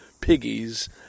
piggies